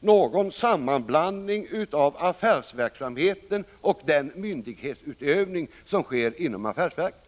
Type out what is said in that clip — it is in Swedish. någon sammanblandning av affärsverksamheten och den myndighetsutövning som sker inom affärsverken.